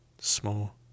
small